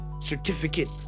certificate